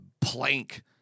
plank